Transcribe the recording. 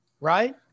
Right